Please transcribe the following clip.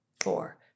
four